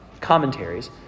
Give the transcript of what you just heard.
commentaries